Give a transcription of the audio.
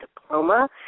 diploma